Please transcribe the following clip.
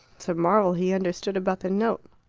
it's a marvel he understood about the note.